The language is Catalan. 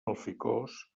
alficòs